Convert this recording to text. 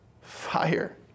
fire